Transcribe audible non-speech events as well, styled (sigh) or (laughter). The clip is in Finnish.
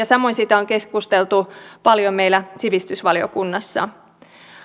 (unintelligible) samoin siitä on keskusteltu paljon meillä sivistysvaliokunnassa